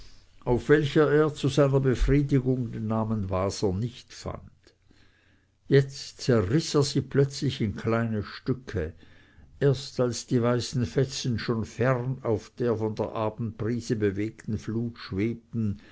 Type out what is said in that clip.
auf welcher er zu seiner befriedigung den namen waser nicht fand jetzt zerriß er sie plötzlich in kleine stücke erst als die weißen fetzen schon fern auf der von der abendbrise bewegten flut schwebten